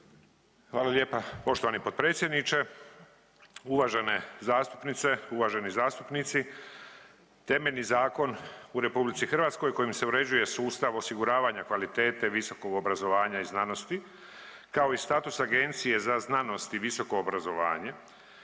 Hvala lijepa poštovani potpredsjedniče, uvažene zastupnice i uvaženi zastupnici. Temeljni zakon u RH kojim se uređuje sustav osiguravanja kvalitete visokog obrazovanja i znanosti, kao i status Agencije za znanost i visoko obrazovanje